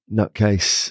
nutcase